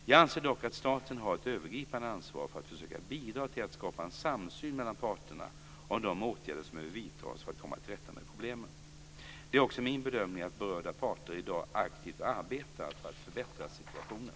Jag anser dock att staten har ett övergripande ansvar för att försöka bidra till att skapa en samsyn mellan parterna om de åtgärder som behöver vidtas för att komma till rätta med problemen. Det är också min bedömning att berörda parter i dag aktivt arbetar för att förbättra situationen.